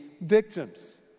victims